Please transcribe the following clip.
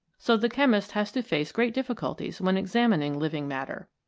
so the chemist has to face great difficulties when examining living matter.